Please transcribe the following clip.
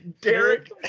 Derek